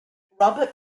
robert